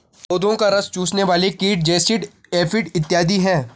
पौधों का रस चूसने वाले कीट जैसिड, एफिड इत्यादि हैं